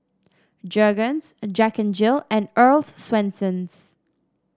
Jergens Jack N Jill and Earl's Swensens